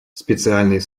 специальный